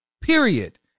Period